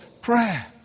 Prayer